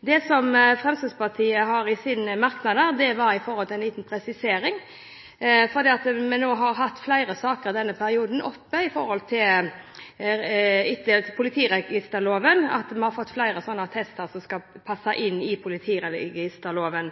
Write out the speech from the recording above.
Det Fremskrittspartiet har i sine merknader, er en liten presisering, fordi vi har hatt oppe flere saker denne perioden når det gjelder politiregisterloven, at flere attester skal passe inn i